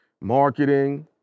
marketing